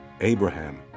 Abraham